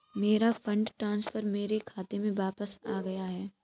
मेरा fund transfer मेरे खाते में वापस आ गया है